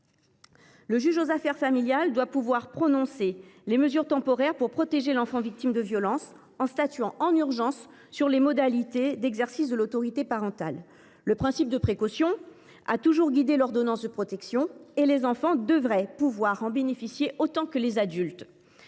Le juge aux affaires familiales doit pouvoir prononcer des mesures temporaires pour protéger l’enfant victime de violence, en statuant en urgence sur les modalités d’exercice de l’autorité parentale. Le principe de précaution a toujours guidé le magistrat appelé à délivrer une ordonnance de protection : les enfants devraient donc en bénéficier, tout autant que les adultes.